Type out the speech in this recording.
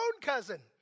cousin